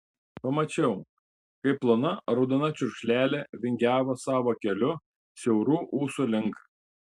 pamačiau kaip plona raudona čiurkšlelė vingiavo savo keliu siaurų ūsų link